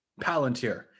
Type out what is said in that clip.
Palantir